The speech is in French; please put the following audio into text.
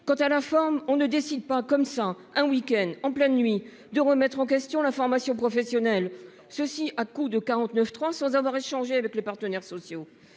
Quant à la forme on ne décide pas comme ça un week-end en pleine nuit de remettre en question la formation professionnelle, ceci à coups de 49.3 sans avoir échangé avec les partenaires sociaux